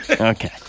Okay